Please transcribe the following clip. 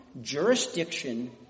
jurisdiction